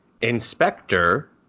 Inspector